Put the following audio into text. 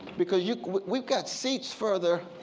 because yeah we've got seats further